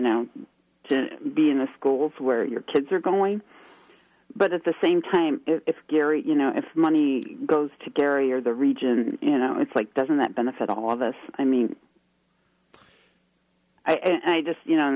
know to be in the schools where your kids are going but at the same time it's gary you know if money goes to gary or the region you know it's like doesn't that benefit all of us i mean i just you know and